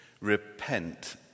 Repent